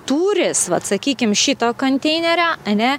tūris vat sakykim šito konteinerio ane